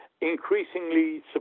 increasingly